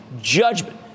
Judgment